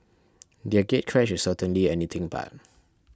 their gatecrash is certainly anything but